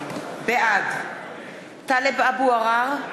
בעד טלב אבו עראר,